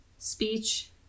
Speech